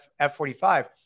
F45